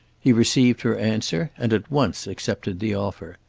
he received her answer and at once accepted the offer.